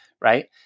right